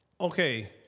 Okay